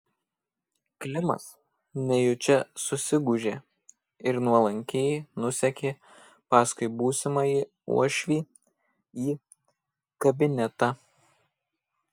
klimas nejučia susigūžė ir nuolankiai nusekė paskui būsimąjį uošvį į kabinetą